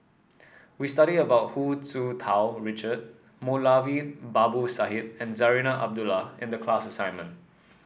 we studied about Hu Tsu Tau Richard Moulavi Babu Sahib and Zarinah Abdullah in the class assignment